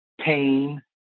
pain